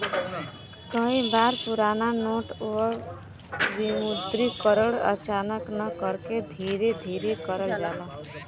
कई बार पुराना नोट क विमुद्रीकरण अचानक न करके धीरे धीरे करल जाला